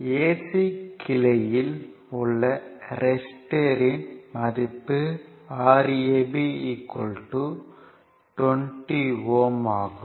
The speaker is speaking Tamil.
ac கிளையில் உள்ள ரெசிஸ்டன்ஸ்யின் மதிப்பு Rb 20 Ω ஆகும்